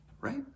Right